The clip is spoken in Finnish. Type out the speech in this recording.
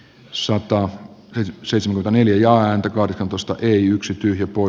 soitto ykseys on eliaan kirkon katosta ei yksi kirkko